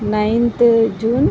ninth June